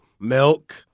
milk